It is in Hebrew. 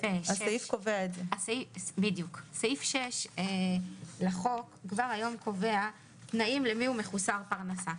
סעיף 6 לחוק קובע תנאים לגבי מי הוא מחוסר פרנסה.